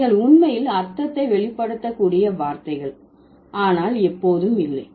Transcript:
நீங்கள் உண்மையில் அர்த்தத்தை வெளிப்படுத்தக்கூடிய வார்த்தைகள் ஆனால் எப்போதும் இல்லை